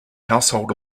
household